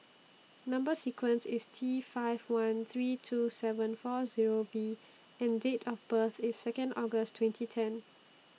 Number sequence IS T five one three two seven four Zero V and Date of birth IS Second August twenty ten